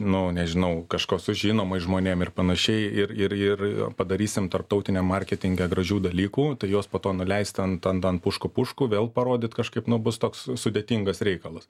nu nežinau kažko su žinomais žmonėm ir panašiai ir ir ir padarysim tarptautine marketinge gražių dalykų tai jos po to nuleist ant ant ant pušku pušku vėl parodyt kažkaip nu bus toks sudėtingas reikalas